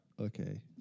Okay